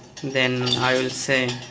then i'll say